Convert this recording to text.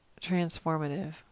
transformative